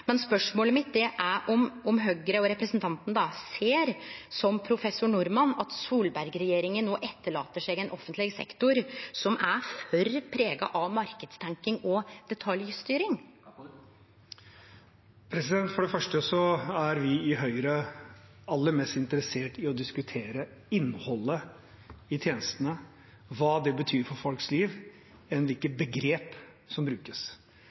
men spørsmålet mitt er om Høgre og representanten ser, som professor Norman, at Solberg-regjeringa no lèt etter seg ein offentleg sektor som er for prega av marknadstenking og detaljstyring. For det første er vi i Høyre aller mest interessert i å diskutere innholdet i tjenestene, hva det betyr for folks liv, enn hvilke begrep som brukes.